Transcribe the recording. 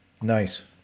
Nice